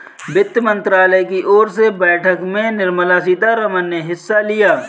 वित्त मंत्रालय की ओर से बैठक में निर्मला सीतारमन ने हिस्सा लिया